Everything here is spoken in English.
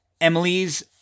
Emily's